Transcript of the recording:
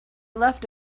left